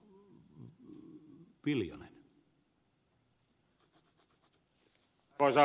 arvoisa puhemies